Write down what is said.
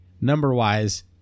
number-wise